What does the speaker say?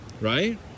right